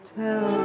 tell